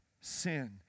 sin